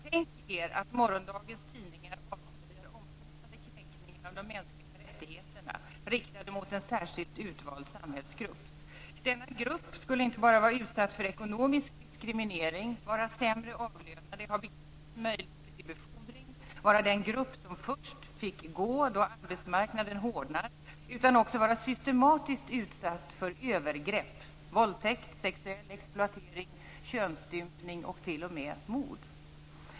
Tänk er att morgondagens tidningar avslöjar omfattande kränkningar av de mänskliga rättigheterna riktade mot en särskilt utvald samhällsgrupp. Denna grupp skulle inte bara vara utsatt för ekonomisk diskriminering, vara sämre avlönad, ha begränsade möjligheter till befordring, vara den grupp som först fick gå då arbetsmarknaden hårdnar utan också vara systematiskt utsatt för övergrepp, våldtäkter, sexuell exploatering, könsstympning och t.o.m. mord.